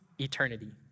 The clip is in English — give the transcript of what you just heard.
eternity